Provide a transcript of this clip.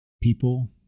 people